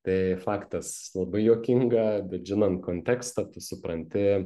tai faktas labai juokinga bet žinant kontekstą tu supranti